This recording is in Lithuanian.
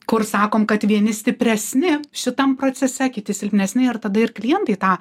kur sakom kad vieni stipresni šitam procese kiti silpnesni ir tada ir klientai tą